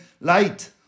light